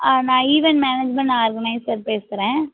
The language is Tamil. நான் ஈவென்ட் மேனேஜ்மெண்ட் ஆர்கனைஸர் பேசுகிறேன்